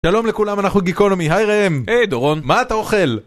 שלום לכולם, אנחנו גיקונומי! היי ראם, היי דורון, מה אתה אוכל?